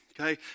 Okay